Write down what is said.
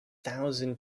thousand